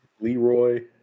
leroy